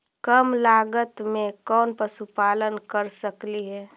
कम लागत में कौन पशुपालन कर सकली हे?